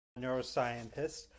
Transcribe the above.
neuroscientist